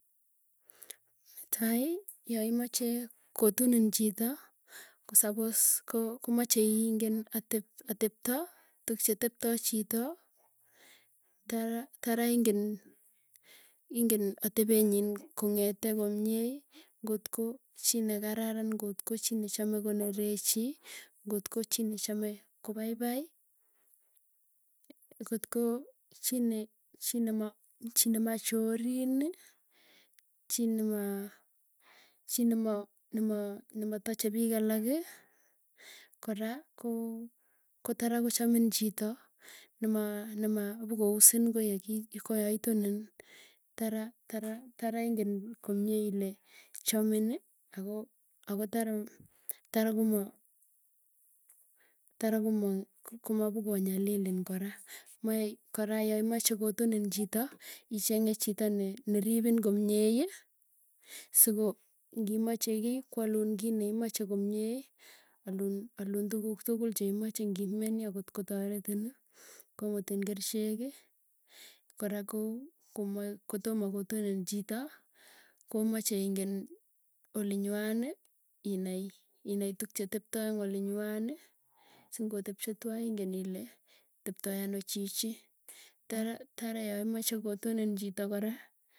Netai yoimache kotunin chito ko suppose ko komacheingen atep atepto, tuk cheteptoi chito. Tara ingen atepenyin kong'etee komiei, ngotko chii nekararan ngotko chi nechame konerechi ngotko chii nechame kopaipai. ngotko chii ne nema nemachoriini. Chii nimaa chi nimaa nima nima nimatache piik alaki, kora koo kotara kochamin chito nema nemapokousin koyegi koyoitun. Tara tara tara ingen komwee ile chomin ako tarao tarakoma tarakomakoponyalilin kora mae kora yaimache kotunin chito. Icheng'e chito ne neripin komieyi siko ngimache kiiy kwalun kiit neimache komiei. Alun alun tukuuk tukul cheimache ngimiani akot kotaretini. Komutin kercheki kora koo komae kotomo kotunin chito komache ingen olinywani. Inai inai tuuk che teptoi ing ilonychwani, singotepche twani, singotepche twai ingen ile teptoi ano chichi. Tara yaimache kotunin chito kora.